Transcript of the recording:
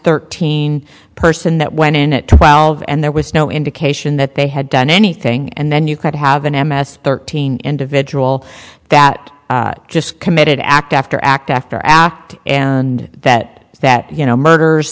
thirteen person that went in at twelve and there was no indication that they had done anything and then you could have an m s thirteen individual that just committed act after act after act and that that you know murders